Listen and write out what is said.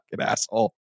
asshole